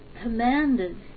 commanded